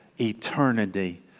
eternity